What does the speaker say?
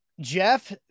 Jeff